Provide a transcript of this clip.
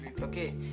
Okay